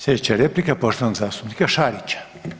Sljedeća replika poštovanog zastupnika Šarića.